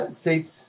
states